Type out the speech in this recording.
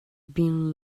been